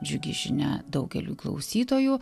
džiugi žinia daugeliui klausytojų